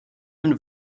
even